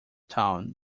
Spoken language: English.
town